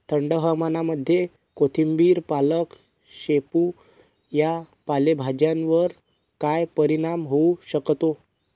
थंड हवामानामध्ये कोथिंबिर, पालक, शेपू या पालेभाज्यांवर काय परिणाम होऊ शकतो?